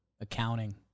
Accounting